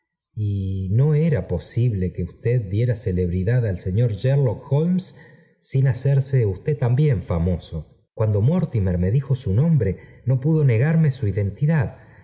no era posible que ústed diera celebridad al señor sherlock holmes sin hacerse usted también famoso cuando mortimer me dijo su nombre no pudo negarme su identidad